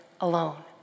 alone